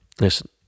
listen